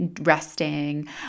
resting